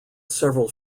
several